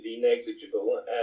Negligible